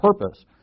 purpose